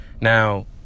now